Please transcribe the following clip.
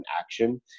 action